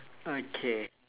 okay